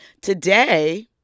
today